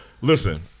listen